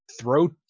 throw